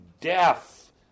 deaf